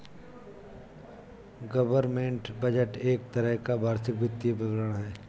government budget एक तरह का वार्षिक वित्तीय विवरण है